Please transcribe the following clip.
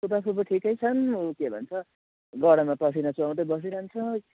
फुपा फुपू ठिकै छन् उयो के भन्छ गरममा पसिना चुहाउँदै बसिरहन्छ